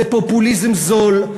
זה פופוליזם זול,